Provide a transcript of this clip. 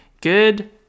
good